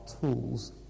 tools